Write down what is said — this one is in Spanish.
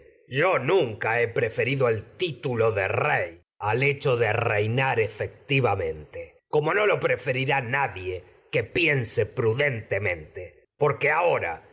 yo nunca he preferido el titulo de como no al reinar efectivamente lo preferirá sin in nadie que piense prudentemente porque ahora